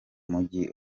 mujyi